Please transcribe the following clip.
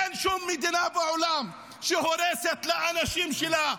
אין שום מדינה בעולם שהורסת לאנשים שלה.